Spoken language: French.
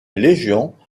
légion